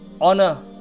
honor